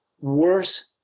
worse